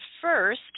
first